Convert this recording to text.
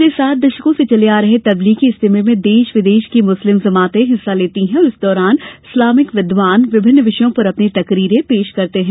पिछले सात दशकों से चले आ रहे तब्लीगी इज्तिमा में देश विदेश की मुस्लिम जमातें हिस्सा लेती हैं और इस दौरान इस्लामिक विद्वान विभिन्न विषयों पर अपनी तकरीरें पेश करते हैं